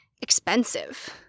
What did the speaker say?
expensive